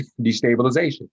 destabilization